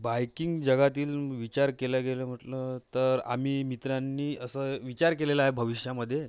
biking जगातील विचार केला गेलं म्हटलं तर आम्ही मित्रांनी असं विचार केलेला आहे भविष्यामध्ये